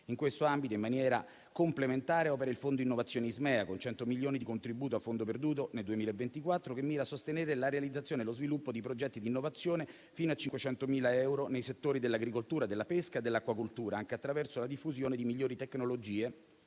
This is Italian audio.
In questo ambito, in maniera complementare opera il Fondo innovazione ISMEA, con 100 milioni di contributi a fondo perduto nel 2024, che mira a sostenere la realizzazione e lo sviluppo di progetti di innovazione fino a 500.000 euro nei settori dell'agricoltura, della pesca e dell'acquacoltura, anche attraverso la diffusione di migliori tecnologie